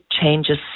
changes